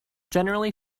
generally